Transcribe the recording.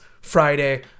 Friday